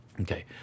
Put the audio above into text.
Okay